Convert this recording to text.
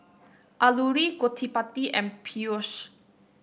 Alluri Gottipati and Peyush